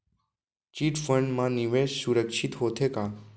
Chit fund मा निवेश सुरक्षित होथे का?